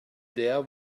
there